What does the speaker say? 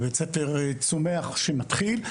בית ספר צומח שמתחיל.